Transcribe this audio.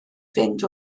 fynd